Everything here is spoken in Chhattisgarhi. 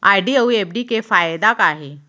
आर.डी अऊ एफ.डी के फायेदा का हे?